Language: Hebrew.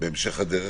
בהמשך הדרך.